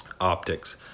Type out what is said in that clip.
Optics